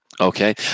Okay